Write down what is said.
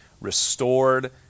restored